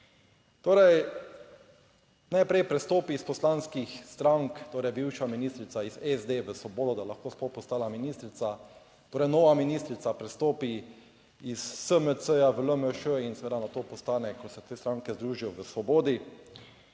najprej prestopi iz poslanskih strank, torej bivša ministrica iz SD v Svobodo, da lahko sploh postala ministrica. Torej, nova ministrica prestopi iz SMC ja v LMŠ in seveda nato postane, ko se te stranke združijo v Svobodi.